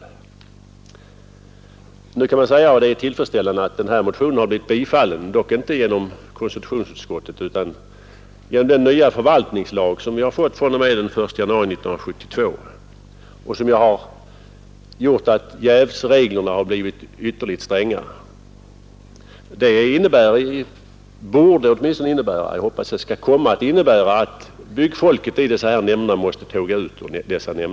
Man kan säga att denna motion — och det är tillfredsställande — har blivit bifallen, dock icke genom konstitutionsutskottet utan genom den nya förvaltningslag som vi fått fr.o.m. den 1 januari 1972 och som medfört att jävsreglerna blivit ytterligt stränga. Det borde innebära, och jag hoppas att det skall komma att innebära, att byggfolket i dessa nämnder måste tåga ut.